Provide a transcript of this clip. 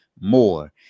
more